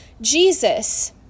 Jesus